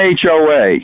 HOA